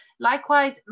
Likewise